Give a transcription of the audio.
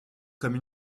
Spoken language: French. comme